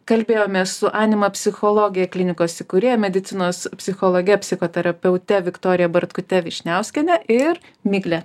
kalbėjomės su anima psichologija klinikos įkūrėja medicinos psichologe psichoterapeute viktorija bartkute vyšniauskiene ir migle